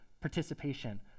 participation